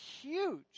huge